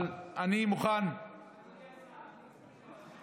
אבל אני מוכן, אדוני השר,